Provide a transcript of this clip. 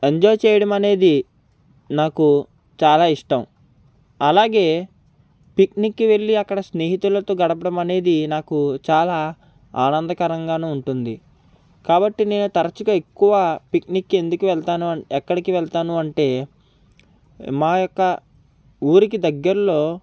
enjoy చేయడం అనేది నాకు చాలా ఇష్టం అలాగే పిక్నిక్కి వెళ్లి అక్కడ స్నేహితులతో గడపడమనేది నాకు చాలా ఆనందకరంగాను ఉంటుంది కాబట్టి నేను తరచుగా ఎక్కువ పిక్నిక్కి ఎందుకు వెళ్తాను ఇక్కడికి వెళ్తాను అంటే మా యొక్క ఊరికి దగ్గరలో